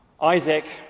Isaac